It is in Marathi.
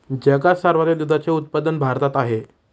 जगात सर्वाधिक दुधाचे उत्पादन भारतात आहे